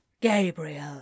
Gabriel